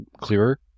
clearer